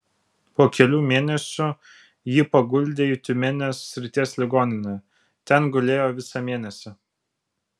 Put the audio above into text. po kelių mėnesių jį paguldė į tiumenės srities ligoninę ten gulėjo visą mėnesį